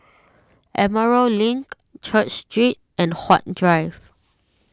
Emerald Link Church Street and Huat Drive